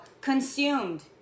consumed